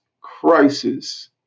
crisis